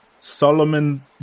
Solomon